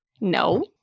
No